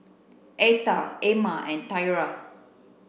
Atha Emmer and Tyra